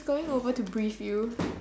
going over to brief you